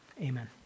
amen